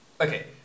okay